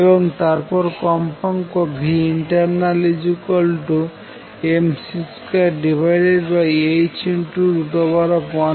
এবং তারপর কম্পাঙ্ক internal mc2h1 v2c2